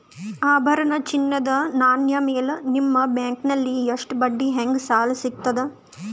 ಆಭರಣ, ಚಿನ್ನದ ನಾಣ್ಯ ಮೇಲ್ ನಿಮ್ಮ ಬ್ಯಾಂಕಲ್ಲಿ ಎಷ್ಟ ಬಡ್ಡಿ ಹಂಗ ಸಾಲ ಸಿಗತದ?